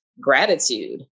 gratitude